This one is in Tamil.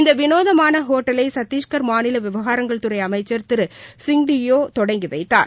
இந்த வினோதமான ஹோட்டலை சத்திஷ்கர் மாநில விவகாரங்கள் துறை அமைச்சர் திரு சிங்தியோ தொடங்கி வைத்தார்